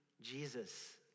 Jesus